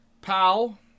Powell